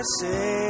say